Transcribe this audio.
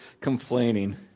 complaining